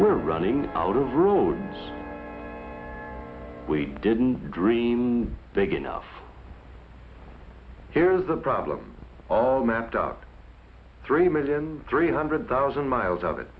we're running out of room we didn't dream big enough here's the problem all mapped out three million three hundred thousand miles o